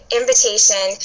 invitation